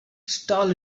stall